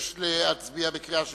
מבקש להצביע בקריאה שלישית,